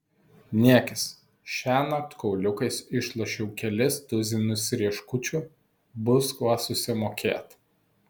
niekis šiąnakt kauliukais išlošiau kelis tuzinus rieškučių bus kuo susimokėt